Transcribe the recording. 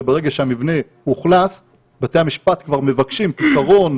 וברגע שהמבנה אוכלס בתי המשפט כבר מבקשים פתרון